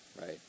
right